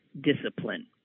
discipline